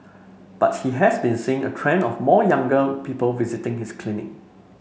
but he has been seeing a trend of more younger people visiting his clinic